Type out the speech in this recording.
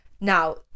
now